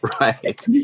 Right